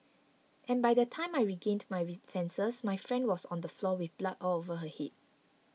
and by the time I regained my sensors my friend was on the floor with blood all over her head